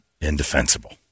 indefensible